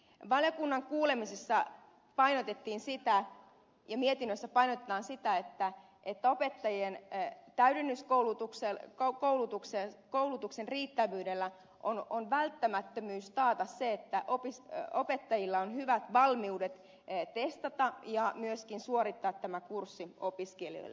valiokunnan kuulemisessa painotettiin ja mietinnössä painotetaan sitä että opettajien täydennyskoulutuksen riittävyydellä on välttämätöntä taata se että opettajilla on hyvät valmiudet testata ja myöskin opettaa tämä kurssi opiskelijoille